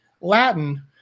Latin